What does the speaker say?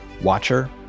watcher